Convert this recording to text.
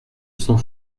cent